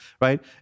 right